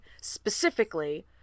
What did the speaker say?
specifically